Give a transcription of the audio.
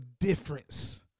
difference